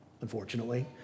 unfortunately